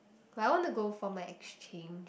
like I want to go for my exchange